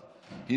במוות,